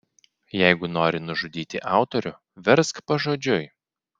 jeigu nori nužudyti autorių versk pažodžiui